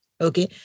Okay